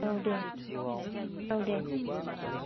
औ दे औ दे